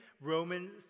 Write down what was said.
Roman